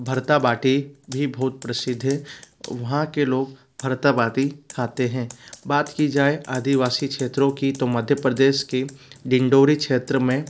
भरता बाटी भी बहुत प्रसिद्ध हैं वहाँ के लोग भरता बाटी खाते हैं बात की जाय आदिवासी क्षेत्रों की तो मध्य प्रदेश के डिंडोरी क्षेत्र में